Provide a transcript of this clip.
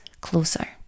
closer